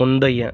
முந்தைய